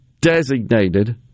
designated